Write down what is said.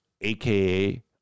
aka